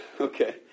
okay